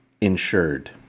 insured